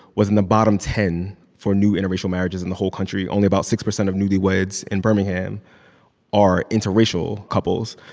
was in the bottom ten for new interracial marriages in the whole country. only about six percent of newlyweds in birmingham are interracial couples.